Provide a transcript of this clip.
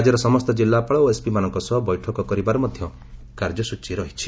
ରାଜ୍ୟର ସମସ୍ତ ଜିଲ୍ଲାପାଳ ଓ ଏସ୍ପିମାନଙ୍କ ସହ ବୈଠକ କରିବାର ମଧ୍ୟ କାର୍ଯ୍ୟସୂଚୀ ରହିଛି